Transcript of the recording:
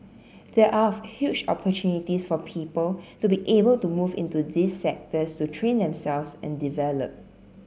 there are huge opportunities for people to be able to move into these sectors to train themselves and develop